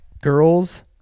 girls